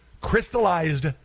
crystallized